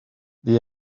they